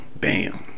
bam